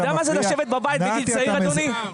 אתה יודע מה זה לשבת בבית בגיל צעיר, אדוני?